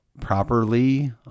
properly